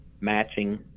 matching